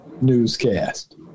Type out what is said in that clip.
newscast